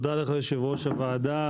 תודה לך יושב-ראש הוועדה.